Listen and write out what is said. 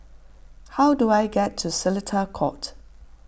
how do I get to Seletar Court